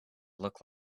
look